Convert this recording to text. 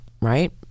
right